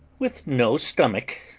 with no stomach.